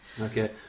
Okay